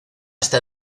está